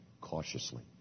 cautiously